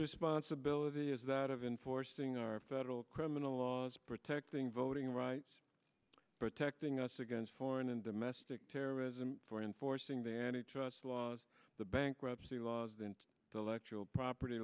responsibility is that of enforcing our federal criminal laws protecting voting rights protecting us against foreign and domestic terrorism for enforcing the any just laws the bankruptcy laws then the electoral pr